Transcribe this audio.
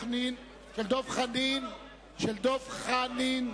דב חנין.